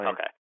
Okay